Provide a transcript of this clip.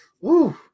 Woo